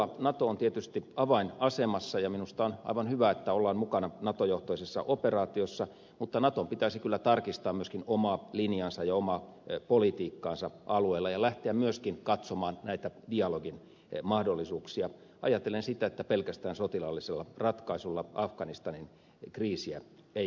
nato on tietysti avainasemassa ja minusta on aivan hyvä että ollaan mukana nato johtoisessa operaatiossa mutta naton pitäisi kyllä tarkistaa myöskin omaa linjaansa ja omaa politiikkaansa alueella ja lähteä myöskin katsomaan näitä dialogin mahdollisuuksia ajatellen sitä että pelkästään sotilaallisella ratkaisulla afganistanin kriisiä ei voi voittaa